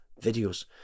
videos